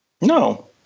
No